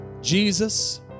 Jesus